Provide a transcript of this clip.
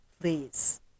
please